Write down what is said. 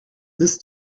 this